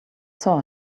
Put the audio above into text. saw